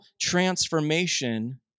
transformation